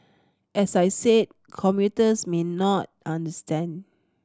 as I said commuters may not understand